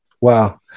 Wow